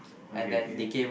okay okay